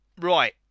Right